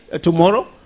tomorrow